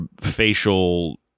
facial